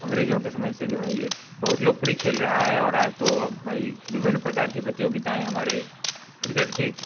अंग्रेज़ों के समय से जो है ये बहुत लोकप्रिय खेल रहा है और आज तो अब भाई विभिन्न प्रकार की प्रतियोगिताएँ हमारे क्रिकट के